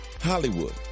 Hollywood